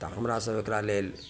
तऽ हमरा सब एकरा लेल